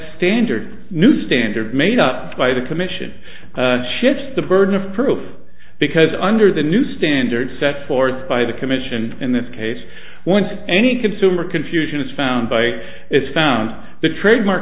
standard new standard made up by the commission shifts the burden of proof because under the new standards set forth by the commission in this case once any consumer confusion is found by is found the trademark